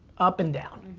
up and down.